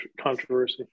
controversy